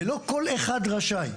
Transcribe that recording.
ולא כל אחד רשאי.